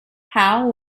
how